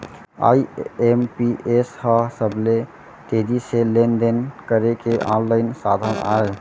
IMPS ह सबले तेजी से लेन देन करे के आनलाइन साधन अय